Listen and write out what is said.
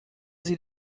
sie